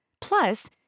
Plus